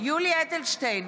יולי יואל אדלשטיין,